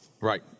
Right